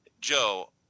Joe